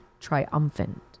triumphant